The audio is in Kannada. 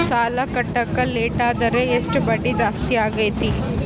ಸಾಲ ಕಟ್ಟಾಕ ಲೇಟಾದರೆ ಎಷ್ಟು ಬಡ್ಡಿ ಜಾಸ್ತಿ ಆಗ್ತೈತಿ?